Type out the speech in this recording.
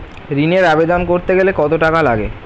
ঋণের আবেদন করতে গেলে কত টাকা লাগে?